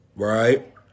right